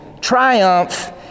triumph